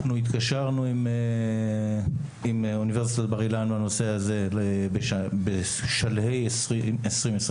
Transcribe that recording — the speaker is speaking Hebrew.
אנחנו התקשרנו עם אוניברסיטת בר אילן בנושא הזה בשלהי 2022,